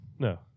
No